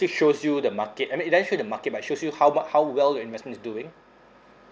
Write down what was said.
shows you the market I mean it doesn't show you the market but shows you how mu~ how well your investment is doing